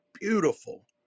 beautiful